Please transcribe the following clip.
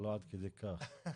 לא, אנחנו לא חוזרים אחורה.